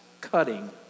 cutting